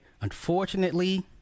Unfortunately